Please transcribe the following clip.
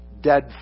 dead